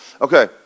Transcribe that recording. Okay